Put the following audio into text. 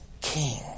king